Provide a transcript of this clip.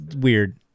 Weird